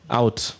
out